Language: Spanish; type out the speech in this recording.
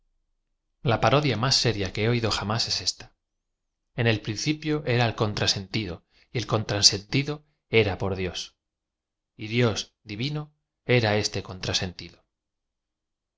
a parodia más seria que he oído jam ás es esta n el principio era el contrasentido y el contrasentido era por dios y dios divin o era este contrasentido